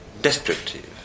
destructive